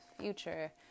future